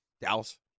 Dallas